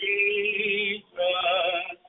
Jesus